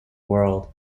world